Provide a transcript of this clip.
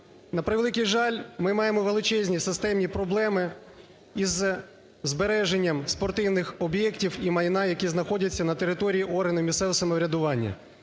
На превеликий жаль, ми маємо величезні системні проблеми із збереженням спортивних об'єктів і майна, які знаходяться на території органів місцевого самоврядування,